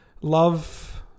love